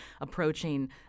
approaching